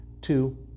Two